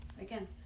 again